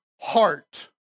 heart